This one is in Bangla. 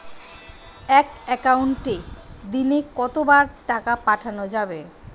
এক একাউন্টে দিনে কতবার টাকা পাঠানো যাবে?